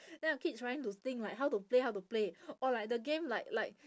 then I keep trying to think like how to play how to play or like the game like like